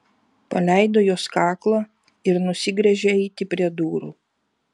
paleido jos kaklą ir nusigręžė eiti prie durų